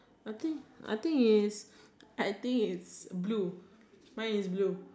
I think I think is I think is blue mine is blue